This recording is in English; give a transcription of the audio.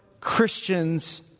Christians